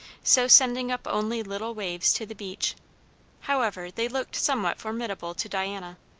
so sending up only little waves to the beach however, they looked somewhat formidable to diana.